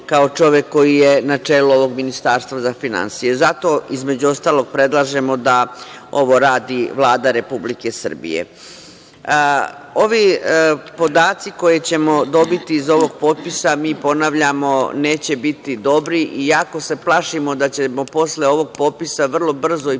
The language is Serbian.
kao čovek koji na čelu ovog Ministarstva za finansije. Zato, između ostalog, predlažemo da ovo radi Vlada Republike Srbije. Ovi podaci koje ćemo dobiti iz ovog popisa, mi ponavljamo, neće biti dobri, iako se plašimo da ćemo posle ovog popisa vrlo brzo i